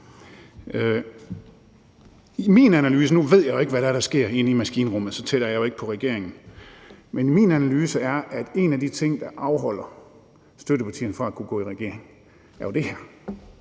regeringen – er, at en af de ting, der afholder støttepartierne fra at kunne gå i regering, er det her: